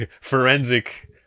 forensic